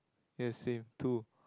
ya same two